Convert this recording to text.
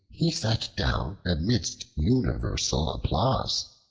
he sat down amidst universal applause.